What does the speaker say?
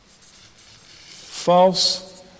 False